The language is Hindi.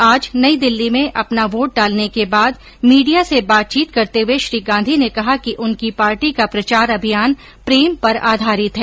आज नई दिल्ली में अपना वोट डालने के बाद मीडिया से बातचीत करते हुए श्री गांधी ने कहा कि उनकी पार्टी का प्रचार अभियान प्रेम पर आधारित है